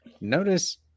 notice